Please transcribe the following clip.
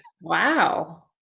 Wow